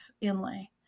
inlay